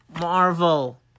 Marvel